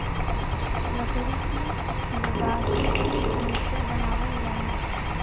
लकड़ी के लुगदी से फर्नीचर बनावल जाला